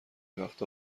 وقتا